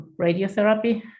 radiotherapy